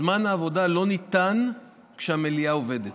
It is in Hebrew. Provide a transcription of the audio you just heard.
זמן עבודה לא ניתן כשהמליאה עובדת.